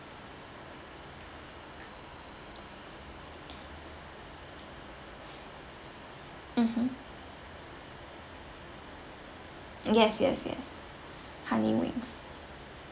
mmhmm yes yes yes honey wings